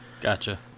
Gotcha